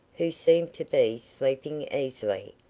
who seemed to be sleeping easily,